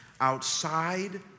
Outside